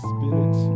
Spirit